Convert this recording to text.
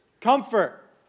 Comfort